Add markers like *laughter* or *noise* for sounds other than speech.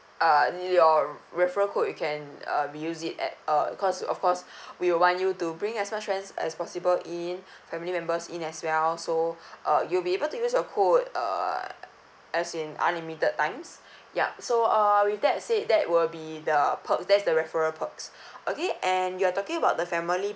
uh your referral code you can um use it at uh course of course *breath* we would want you to bring as much friends as possible in family members in as well so uh you'll be able to use your code uh as in unlimited times ya so uh with that said that will be the perks that's the referral perks okay and you're talking about the family